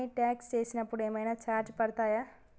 Money transfer చేసినప్పుడు ఏమైనా charges పడతయా?